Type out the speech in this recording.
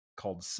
called